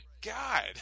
God